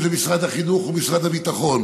אם זה משרד החינוך או משרד הביטחון.